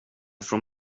från